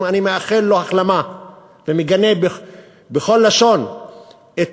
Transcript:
אני מאחל לו החלמה ומגנה בכל לשון את